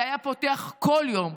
זה היה פותח כל יום,